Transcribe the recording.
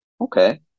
okay